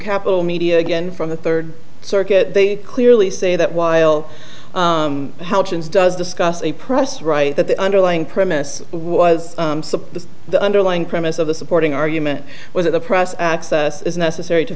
capital media again from the third circuit they clearly say that while houghton's does discuss a press right that the underlying premise was suppressed the underlying premise of the supporting argument whether the press access is necessary to